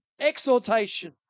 exhortation